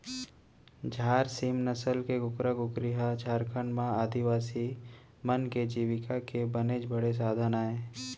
झार सीम नसल के कुकरा कुकरी ह झारखंड म आदिवासी मन के जीविका के बनेच बड़े साधन अय